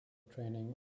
training